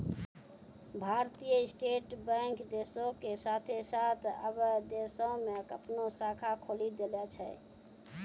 भारतीय state bank देशो के साथे साथ अबै विदेशो मे अपनो शाखा खोलि देले छै